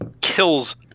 kills –